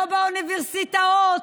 לא באוניברסיטאות,